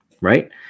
right